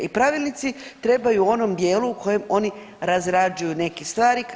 I pravilnici trebaju u onom dijelu u kojem oni razrađuju neke stvari.